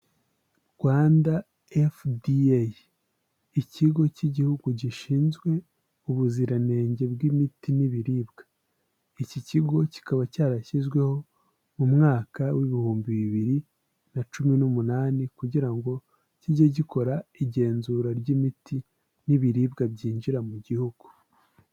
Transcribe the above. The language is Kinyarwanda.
Rwanda FDA, ikigo cy'Igihugu gishinzwe ubuziranenge bw'imiti n'ibiribwa, iki kigo kikaba cyarashyizweho mu mwaka w'ibihumbi bibiri na cumi umunani, kugira ngo kijye gikora igenzura ry'imiti n'ibiribwa byinjira mu gihugu.